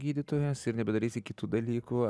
gydytojas ir nebedarysi kitų dalykų